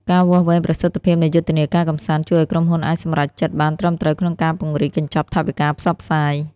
ការវាស់វែងប្រសិទ្ធភាពនៃយុទ្ធនាការកម្សាន្ត ជួយឱ្យក្រុមហ៊ុនអាចសម្រេចចិត្តបានត្រឹមត្រូវក្នុងការពង្រីកកញ្ចប់ថវិកាផ្សព្វផ្សាយ។